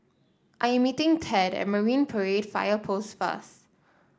I am meeting Thad at Marine Parade Fire Post first